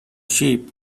sheep